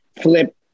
flip